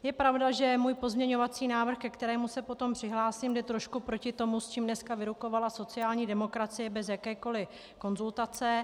Je pravda, že můj pozměňovací návrh, ke kterému se potom přihlásím, jde trošku proti tomu, s čím dneska vyrukovala sociální demokracie bez jakékoli konzultace.